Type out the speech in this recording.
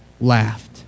laughed